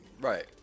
Right